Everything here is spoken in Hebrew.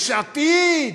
יש עתיד,